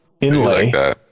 inlay